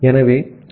ஆகவே டி